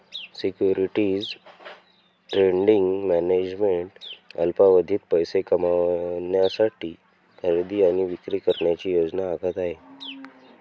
securities trading management अल्पावधीत पैसे कमविण्यासाठी खरेदी आणि विक्री करण्याची योजना आखत आहे